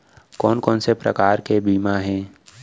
कोन कोन से प्रकार के बीमा हे?